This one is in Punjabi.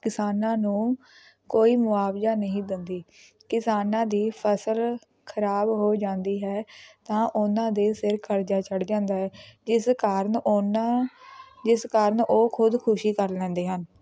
ਕਿਸਾਨਾਂ ਨੂੰ ਕੋਈ ਮੁਆਵਜ਼ਾ ਨਹੀਂ ਦਿੰਦੀ ਕਿਸਾਨਾਂ ਦੀ ਫ਼ਸਲ ਖਰਾਬ ਹੋ ਜਾਂਦੀ ਹੈ ਤਾਂ ਉਹਨਾਂ ਦੇ ਸਿਰ ਕਰਜ਼ਾ ਚੜ੍ਹ ਜਾਂਦਾ ਹੈ ਜਿਸ ਕਾਰਨ ਉਹਨਾਂ ਜਿਸ ਕਾਰਨ ਉਹ ਖੁਦਕੁਸ਼ੀ ਕਰ ਲੈਂਦੇ ਹਨ